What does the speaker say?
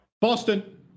Boston